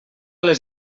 les